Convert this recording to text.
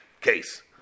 case